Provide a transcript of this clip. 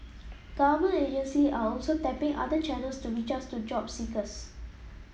government agency are also tapping other channels to reach out to job seekers